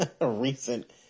recent